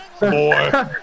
boy